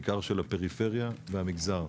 בעיקר של הפריפריה והמגזר.